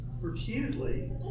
repeatedly